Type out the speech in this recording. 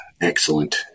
excellent